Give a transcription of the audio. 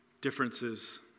differences